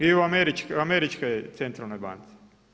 I u američkoj centralnoj banci.